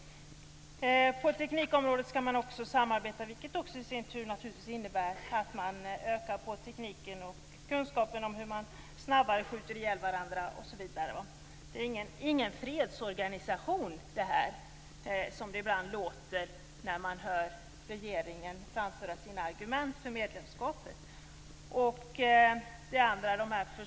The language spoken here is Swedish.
På teknikområdet skall man också samarbeta, vilket i sin tur naturligtvis innebär att man ökar tekniken och kunskapen om hur man snabbare skjuter ihjäl varandra osv. Detta är ingen fredsorganisation, som det ibland låter när man hör regeringen framföra sina argument för medlemskapet.